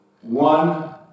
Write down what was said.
One